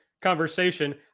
conversation